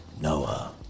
Noah